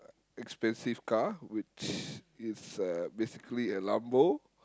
expensive car which is uh basically a Lambo